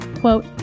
Quote